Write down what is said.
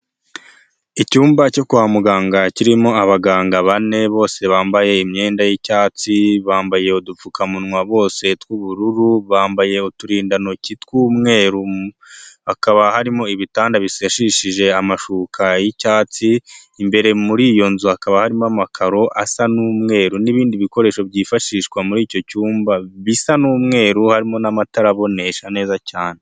Icyumba cyo kwa muganga kirimo abaganga bane bose bambaye imyenda y'icyatsi, bambaye udupfukamunwa bose tw'ubururu, bambaye uturindantoki tw'umweru, hakaba harimo ibitanda bisashishije amashuka y'icyatsi, imbere muri iyo nzu hakaba harimo amakaro asa n'umweru n'ibindi bikoresho byifashishwa muri icyo cyumba bisa n'umweru, harimo n'amatara abonesha neza cyane.